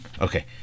Okay